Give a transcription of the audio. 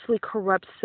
corrupt